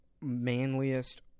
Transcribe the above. manliest